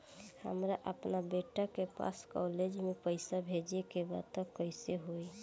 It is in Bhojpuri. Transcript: हमरा अपना बेटा के पास कॉलेज में पइसा बेजे के बा त कइसे होई?